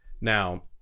Now